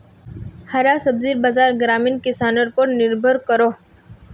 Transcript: हरा सब्जिर बाज़ार ग्रामीण किसनर पोर निर्भर करोह